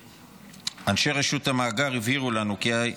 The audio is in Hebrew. אנשי רשות המאגר הבהירו לנו כי,